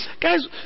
guys